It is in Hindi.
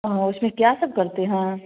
हाँ उसमें क्या सब करते हैं